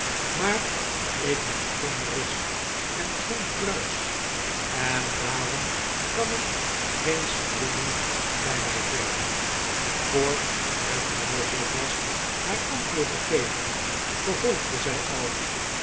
maar ik ben geen rus en geen pruis en daarom kan ik geen spionnen bij mij velen voor het mogelijk was haar antwoord te geven vervolgde zij al